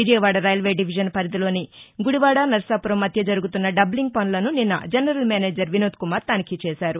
Vijayawada railway division పరిధిలోని గుడివాడ నరసాపురం మధ్య జరుగుతున్న డబ్లింగ్ పనులను నిన్న జనరల్ మేనేజర్ వినోద్కుమార్ తనిఖీ చేశారు